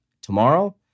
Tomorrow